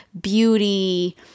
beauty